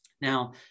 Now